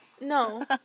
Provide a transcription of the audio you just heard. no